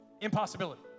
impossibility